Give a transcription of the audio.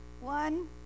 One